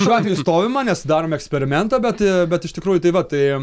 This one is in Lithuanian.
šiuo atveju stovima nes darom eksperimentą bet bet iš tikrųjų tai va tai